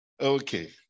Okay